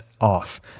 off